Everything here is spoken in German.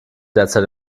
derzeit